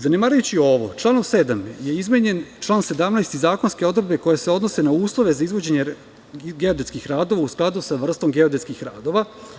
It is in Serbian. Zanemarujući ovo članom 7. je izmenjen član 17. i zakonske odredbe koje se odnose na uslove za izvođenje geodetskih radova, u skladu sa vrstom geodetskih radova.